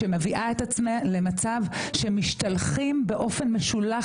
תעשו היכרות לאחר